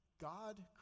God